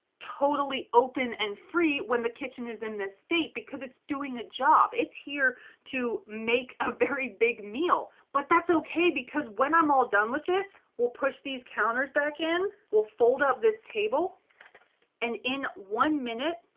totally open and free, when the kitchen is in this state because it's doing a job. it's here to make a very big meal, but that's okay because when i'm all done with it, we'll push these counters back in. we'll fold up this table and in one minute,